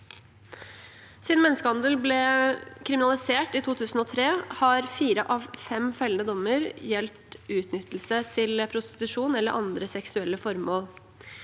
Siden menneskehandel ble kriminalisert i 2003, har fire av fem fellende dommer gjeldt utnyttelse til prostitusjon eller andre seksuelle formål.